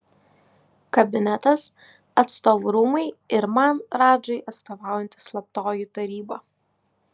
kabinetas atstovų rūmai ir man radžai atstovaujanti slaptoji taryba